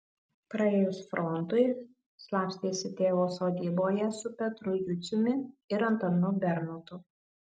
praėjus frontui slapstėsi tėvo sodyboje su petru juciumi ir antanu bernotu